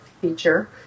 feature